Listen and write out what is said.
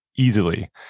Easily